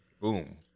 Boom